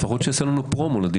לפחות שיעשה לנו פרומו לדיון הבא.